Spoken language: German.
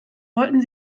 wollten